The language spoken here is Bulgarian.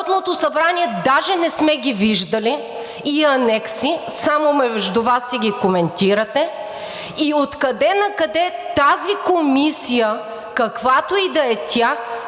събрание даже не сме ги виждали и анекси – само между Вас си ги коментирате, и откъде накъде тази комисия, каквато и да е тя,